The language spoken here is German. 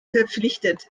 verpflichtet